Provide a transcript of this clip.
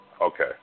Okay